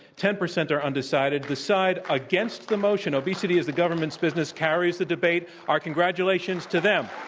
ten percent are undecided. the side against the motion, obesity is the government's business carries the debate. our congratulations to them.